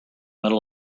middle